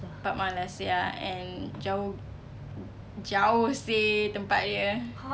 but malas ya and jauh jauh seh tempat dia